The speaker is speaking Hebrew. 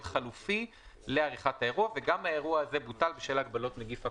חלופי לעריכת האירוע וגם האירוע הזה בוטל בשל הגבלות נגיף הקורונה.